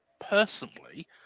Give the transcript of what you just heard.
personally